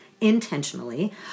Intentionally